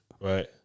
Right